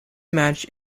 match